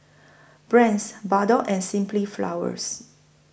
Brand's Bardot and Simply Flowers